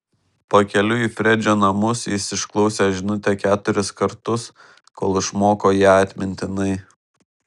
pakeliui į fredžio namus jis išklausė žinutę keturis kartus kol išmoko ją atmintinai